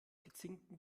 gezinkten